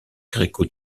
gréco